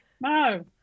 no